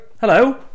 hello